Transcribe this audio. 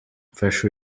mfashe